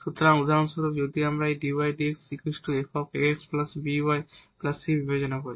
সুতরাং উদাহরণস্বরূপ যদি আমরা এই dydx f ax by c বিবেচনা করি